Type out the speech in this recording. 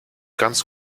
ganz